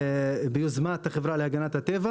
ביוזמת החברה להגנת הטבע